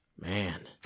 man